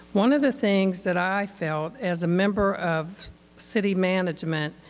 one of the things that i felt as a member of city management,